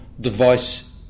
device